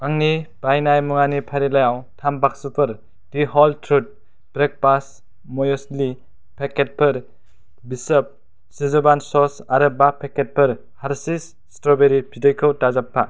आंनि बायनाय मुवानि फारिलाइयाव थाम बाक्सुफोर the whole truth breakfast muesli पेकेटफोर बिशोफ चिजवान सस आरो बा पेकेटफोर हारशि स्त्र'बेरि बिदैखौ दाजाबफा